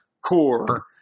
core